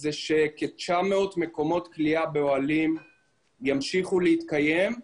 שכ-900 מקומות כליאה באוהלים ימשיכו להתקיים,